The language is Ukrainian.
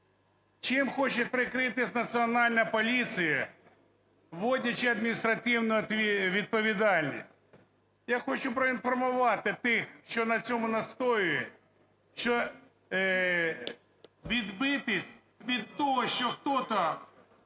Чим хоче прикритись Національна поліція, вводячи адміністративну відповідальність? Я хочу проінформувати тих, що на цьому настоюють, що відбитись від того, що хто-то